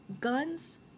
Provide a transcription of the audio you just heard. Guns